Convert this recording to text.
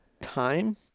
time